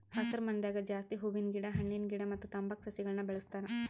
ಹಸರಮನಿದಾಗ ಜಾಸ್ತಿ ಹೂವಿನ ಗಿಡ ಹಣ್ಣಿನ ಗಿಡ ಮತ್ತ್ ತಂಬಾಕ್ ಸಸಿಗಳನ್ನ್ ಬೆಳಸ್ತಾರ್